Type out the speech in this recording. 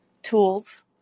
tools